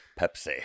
Pepsi